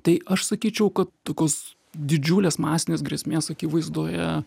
tai aš sakyčiau kad tokios didžiulės masinės grėsmės akivaizdoje